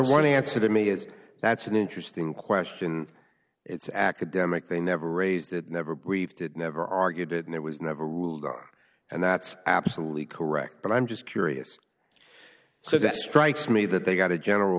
want to answer to me is that's an interesting question it's academic they never raised it never briefed it never argued it and it was never ruled out and that's absolutely correct but i'm just curious so that strikes me that they've got a general